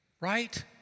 right